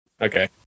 Okay